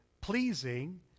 pleasing